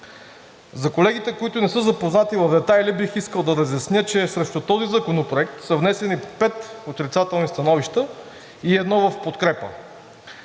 За колегите, които не са запознати в детайли, бих искал да разясня, че срещу този законопроект са внесени пет отрицателни становища и едно в подкрепа.